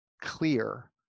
clear